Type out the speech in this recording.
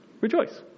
Rejoice